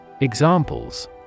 Examples